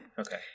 Okay